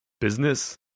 business